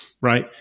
right